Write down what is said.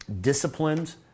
disciplined